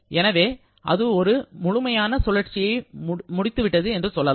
எனவே அது ஒரு முழுமையான சுழற்சியை முடித்து விட்டது என்று சொல்லலாம்